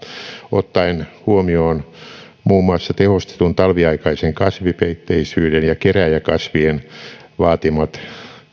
ottaen huomioon muun muassa tehostetun talviaikaisen kasvipeitteisyyden ja kerääjäkasvien vaatimat